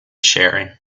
sharing